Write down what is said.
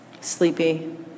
sleepy